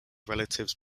relatives